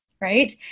Right